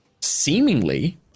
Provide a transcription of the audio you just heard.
Seemingly